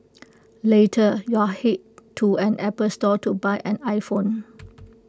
later your Head to an Apple store to buy an iPhone